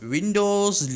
Windows